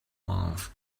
mouth